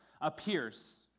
appears